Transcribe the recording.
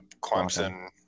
Clemson